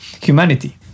humanity